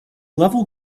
level